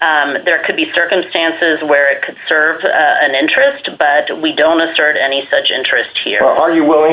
that there could be circumstances where it could serve an interest but we don't assert any such interest here are you willing